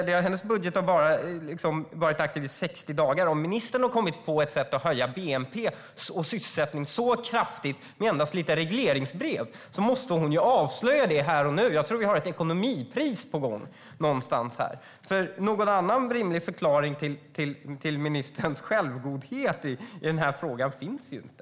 Ministerns budget har bara varit aktiv i 60 dagar. Om ministern har kommit på ett sätt att höja bnp och sysselsättningen så kraftigt med endast lite regleringsbrev måste hon avslöja det här och nu. Jag tror att vi har ett ekonomipris på gång här. Någon annan rimlig förklaring till ministerns självgodhet i den här frågan finns inte.